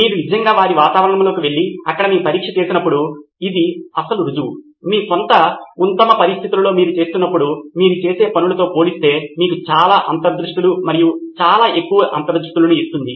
మీరు నిజంగా వారి వాతావరణానికి వెళ్లి అక్కడ మీ పరీక్ష చేసినప్పుడు ఇది అసలు రుజువు మీ స్వంత ఉత్తమ పరిస్థితులలో మీరు చేస్తున్నప్పుడు మీరు చేసే పనులతో పోలిస్తే మీకు చాలా అంతర్దృష్టులు మరియు చాలా ఎక్కువ అంతర్దృష్టులను ఇస్తుంది